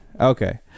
Okay